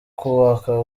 kubaka